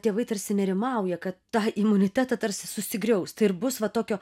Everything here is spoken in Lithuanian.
tėvai tarsi nerimauja kad tą imunitetą tarsi susigriaus tai ir bus va tokio